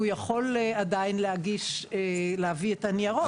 הוא עדיין יכול להביא את הניירות.